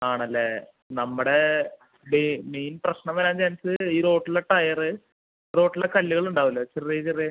ആണല്ലേ നമ്മുടെ മെയിൻ പ്രശ്നം വരാൻ ചാൻസ്സ് ഈ റോട്ടിലെ ടയറ് റോട്ടിലെ കല്ലുകൾ ഉണ്ടാവുമല്ലോ ചെറിയ ചെറിയ